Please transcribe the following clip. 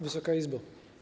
Wysoka Izbo!